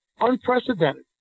Unprecedented